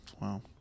Wow